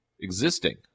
existing